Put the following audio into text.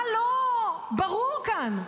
מה לא ברור כאן?